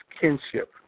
kinship